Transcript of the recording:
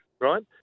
right